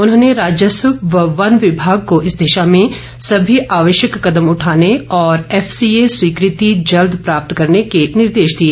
उन्होंने राजस्व व वन विभाग को इस दिशा में सभी आवश्यक कदम उठाने और एफसीए स्वीकृति जल्द प्राप्त करने के निर्देश दिए